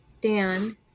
Dan